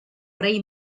rei